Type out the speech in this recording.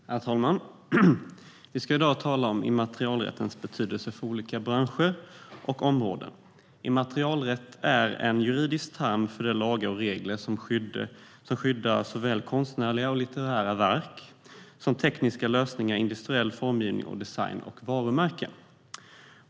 Herr talman! Vi ska i dag tala om immaterialrättens betydelse för olika branscher och områden. Immaterialrätt är en juridisk term för de lagar och regler som skyddar såväl konstnärliga och litterära verk som tekniska lösningar, industriell formgivning, design och varumärken.